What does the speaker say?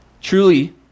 truly